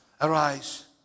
Arise